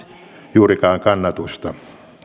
juurikaan kannatusta